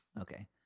Okay